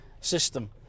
system